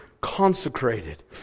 consecrated